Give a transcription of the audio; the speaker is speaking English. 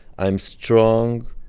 i am strong.